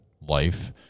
life